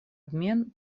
обмен